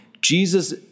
Jesus